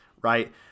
right